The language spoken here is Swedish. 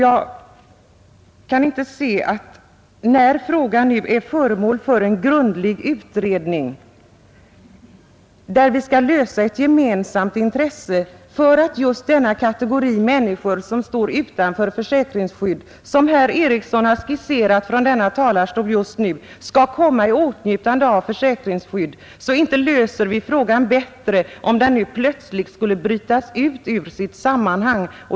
Denna fråga är nu föremål för en grundlig utredning, och vi har ett gemensamt intresse av att lösa problemet så att denna kategori människor som, såsom herr Eriksson just skisserat från denna talarstol, står utanför försäkringsskyddet skall komma i åtnjutande av det. Inte löser vi frågan bättre om vi nu plötsligt skulle bryta ut den ur sitt sammanhang.